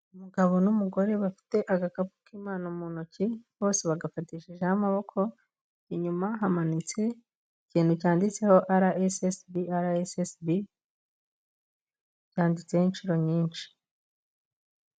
Umugabo n'umugore bafite agakapu k'impano mu ntoki, bose bagafatishijeho amaboko, inyuma hamanitse ikintu cyanditseho RSSB RSSB, byanditseho inshuro nyinshi.